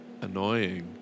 annoying